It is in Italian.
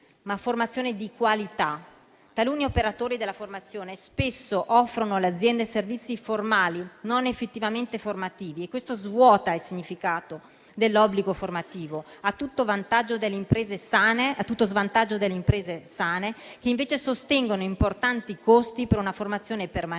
una formazione di qualità. Taluni operatori della formazione spesso offrono alle aziende servizi formali, non effettivamente formativi, e questo svuota il significato dell'obbligo formativo a tutto svantaggio delle imprese sane, che invece sostengono importanti costi per una formazione permanente,